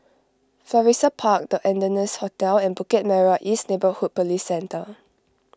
Florissa Park the Ardennes Hotel and Bukit Merah East Neighbourhood Police Centre